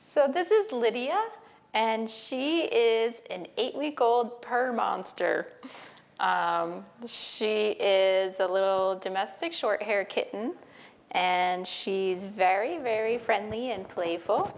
so this is lydia and she is eight week old per month or she is a little domestic short hair kitten and she's very very friendly and play